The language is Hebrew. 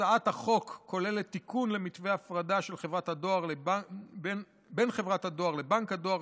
הצעת החוק כוללת תיקון למתווה ההפרדה בין חברת הדואר לבנק הדואר,